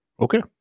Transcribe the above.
Okay